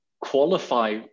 qualify